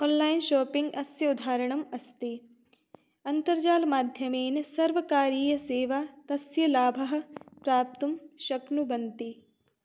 online shopping अस्य उदाहरणम् अस्ति अन्तर्जालमाध्यमेन सर्वकारीय सेवा तस्य लाभः प्राप्तुं शक्नुवन्ति